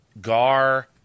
Gar